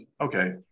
Okay